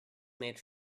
made